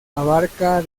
abarca